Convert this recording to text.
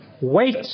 Wait